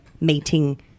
meeting